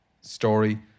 story